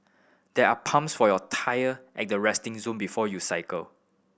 there are pumps for your tyre at the resting zone before you cycle